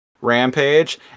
Rampage